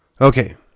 Okay